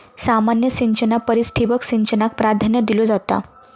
सामान्य सिंचना परिस ठिबक सिंचनाक प्राधान्य दिलो जाता